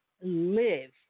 live